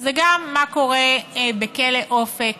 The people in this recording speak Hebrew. זה גם מה קורה בכלא אופק,